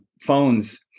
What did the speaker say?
phones